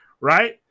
right